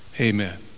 amen